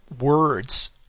words